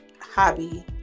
hobby